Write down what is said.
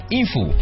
info